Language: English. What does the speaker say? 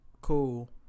Cool